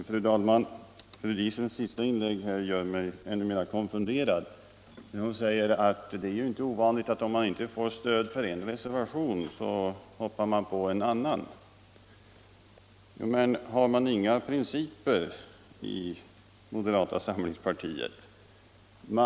Fru talman! Fru Diesens senaste inlägg gör mig ännu mera konfunderad. Hon säger att det inte är ovanligt att om man inte får stöd för en reservation hoppar man över på en annan linje. Har man inga principer i moderata samlingspartiet?